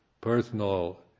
personal